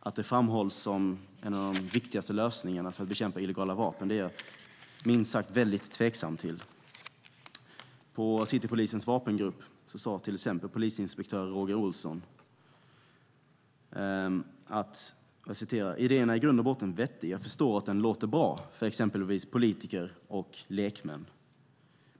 att det framhålls som en av de viktigaste lösningarna för att bekämpa illegala vapen är jag minst sagt mycket tveksam till. På Citypolisens vapengrupp sade till exempel polisinspektör Roger Ohlson: Idén är i grund och botten vettig, och jag förstår att den låter bra för till exempel politiker och lekmän.